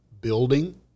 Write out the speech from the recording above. building